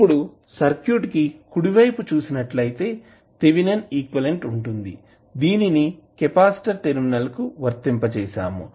ఇప్పుడు సర్క్యూట్ కి కుడి వైపు చూసినట్లయితే థేవినన్ ఈక్వివలెంట్ ఉంటుంది దీనిని కెపాసిటర్ టెర్మినల్స్ కు వర్తింపచేసాము